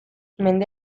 mende